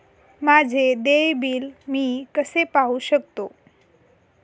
माझे देय बिल मी कसे पाहू शकतो?